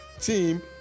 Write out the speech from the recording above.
Team